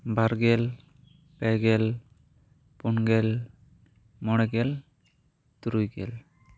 ᱵᱟᱨ ᱜᱮᱞ ᱯᱮ ᱜᱮᱞ ᱯᱩᱱ ᱜᱮᱞ ᱢᱚᱬᱮ ᱜᱮᱞ ᱛᱩᱨᱩᱭ ᱜᱮᱞ